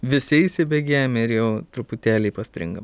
visi įsibėgėjam ir jau truputėlį stringam